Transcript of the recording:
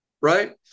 right